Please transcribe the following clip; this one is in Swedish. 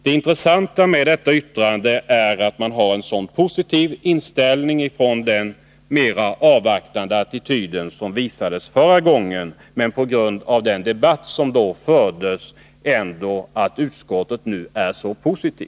Det intressanta med utskottets uttalande är att man har en sådan positiv inställning och att den mera avvaktande attityd som visades förra gången har vänt på grund av den debatt som då fördes.